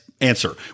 answer